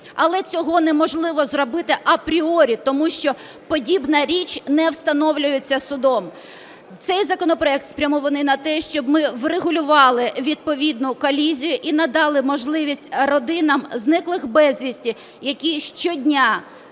Але цього неможливо зробити апріорі, тому що подібна річ не встановлюється судом. Цей законопроект спрямований на те, щоб ми врегулювали відповідну колізію – і надали можливість родинам зниклих безвісти, які щодня,